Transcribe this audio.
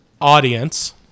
audience